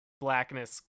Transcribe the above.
blackness